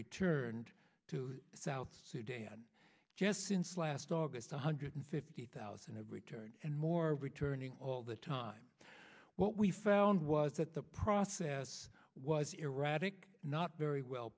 returned to south sudan just since last august one hundred fifty thousand return and more returning all the time what we found was that the process was erratic not very well